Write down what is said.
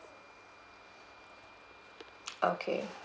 okay